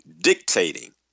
dictating